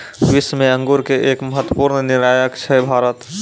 विश्व मॅ अंगूर के एक महत्वपूर्ण निर्यातक छै भारत